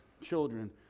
children